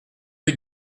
rue